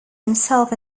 himself